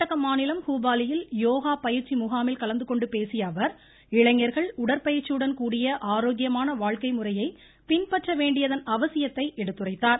கர்நாடக மாநிலம் ஹுபாலியில் யோகா பயிற்சி முகாமில் கலந்துகொண்டு பேசியஅவர் இளைஞர்கள் உடற்பயிற்சியுடன்கூடிய ஆரோக்கியமான வாழ்க்கை முறையை பின்பற்ற வேண்டியதன் அவசியத்தை எடுத்துரைத்தார்